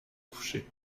coucher